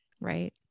right